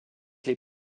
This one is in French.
les